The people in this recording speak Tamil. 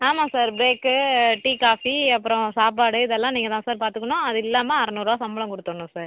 ஆமாம் சார் ப்ரேக்கு டீ காஃபி அப்புறம் சாப்பாடு இதெல்லாம் நீங்கள் தான் சார் பார்த்துக்கணும் அதில்லாமல் அறநூறுருவா சம்பளம் கொடுத்துர்ணும் சார்